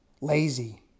lazy